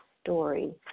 story